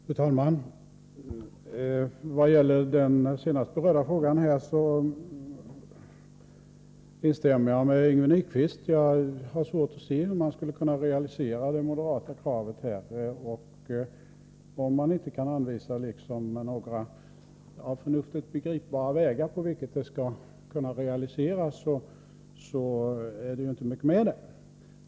Fru talman! När det gäller den senast berörda frågan instämmer jag med Yngve Nyquist. Jag har svårt att se hur man skulle kunna realisera det moderata kravet. Om man inte kan anvisa några för förnuftet begripliga vägar på vilka det skulle kunna realiseras är det ju inte mycket med det.